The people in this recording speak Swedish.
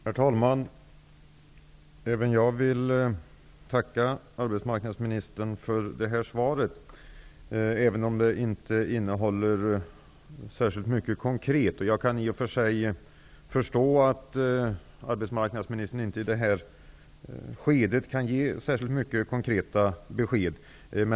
Herr talman! Jag vill också tacka arbetsmarknadsministern för det här svaret, även om det inte innehåller särskilt mycket konkret. Jag kan i och för sig förstå att arbetsmarknadsministern inte i det här skedet kan ge särskilt många konkreta besked.